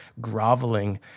groveling